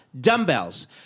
dumbbells